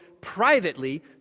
privately